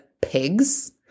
pigs